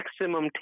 maximum